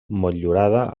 motllurada